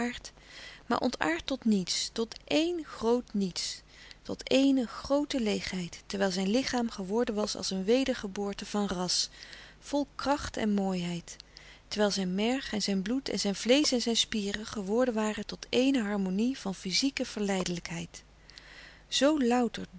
maar ontaard tot niets tot éen groot niets tot éene groote leêgheid terwijl zijn lichaam geworden was als een wedergeboorte van ras vol kracht en mooiheid terwijl zijn merg en zijn bloed en zijn vleesch en zijn spieren geworden waren tot éene harmonie van fyzieke verleidelijkheid zoo louter